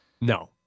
No